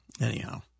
anyhow